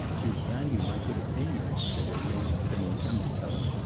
you value my good opinion said elena, in an undertone,